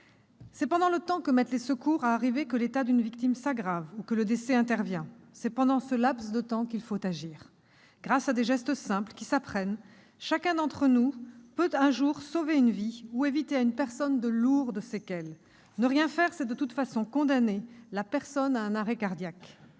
C'est pendant le temps que mettent les secours à arriver que l'état d'une victime s'aggrave ou que le décès intervient. C'est pendant ce laps de temps qu'il faut agir. Grâce à des gestes simples qui s'apprennent, chacun d'entre nous peut un jour sauver une vie ou éviter à une personne de lourdes séquelles. Ne rien faire, c'est de toute façon condamner la personne en arrêt cardiaque.